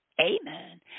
Amen